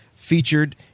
featured